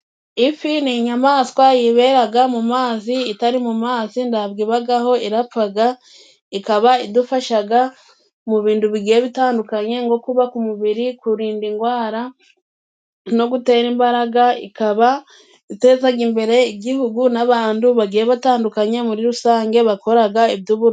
Ifi ni inyamaswa yiberaga mu mazi itari mu mazi ndabwo ibagaho irapfaga ,ikaba idufashaga mu bindu bigiye bitandukanye nko kubaka umubiri ,kurinda ingwara no gutera imbaraga ,ikaba itezaga imbere igihugu n'abandu bagiye batandukanye muri rusange bakoraga iby'uburobyi.